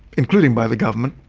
including by the government,